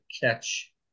catch